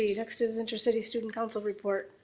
yeah next is intra city student council report.